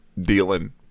dealing